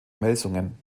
melsungen